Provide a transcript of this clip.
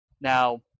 Now